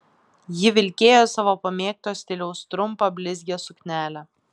ji vilkėjo savo pamėgto stiliaus trumpą blizgią suknelę